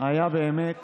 היה באמת